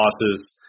losses –